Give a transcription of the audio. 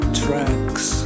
tracks